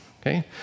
okay